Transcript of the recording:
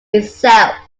itself